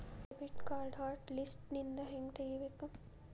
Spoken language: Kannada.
ಡೆಬಿಟ್ ಕಾರ್ಡ್ನ ಹಾಟ್ ಲಿಸ್ಟ್ನಿಂದ ಹೆಂಗ ತೆಗಿಬೇಕ